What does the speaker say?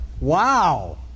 wow